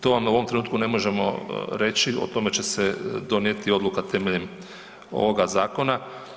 To vam u ovom trenutku ne možemo reći, o tome će se donijeti odluka temeljem ovoga zakon.